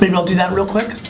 and i'll do that real quick?